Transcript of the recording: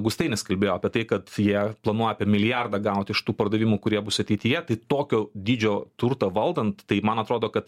gustainis kalbėjo apie tai kad jie planuoja milijardą gauti iš tų pardavimų kurie bus ateityje tai tokio dydžio turto valdant tai man atrodo kad